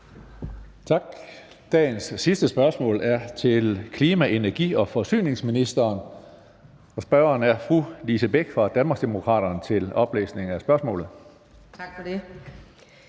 Tak. Dagens sidste spørgsmål er til klima-, energi- og forsyningsministeren, og spørgeren er fru Lise Bech fra Danmarksdemokraterne. Kl. 14:36 Spm. nr.